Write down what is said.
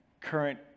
current